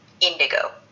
Indigo